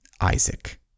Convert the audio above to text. Isaac